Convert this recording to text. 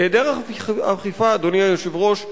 היעדר אכיפה, אדוני יושב-ראש הוועדה,